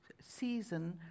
season